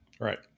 Right